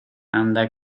anda